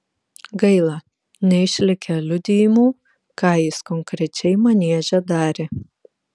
gaila neišlikę liudijimų ką jis konkrečiai manieže darė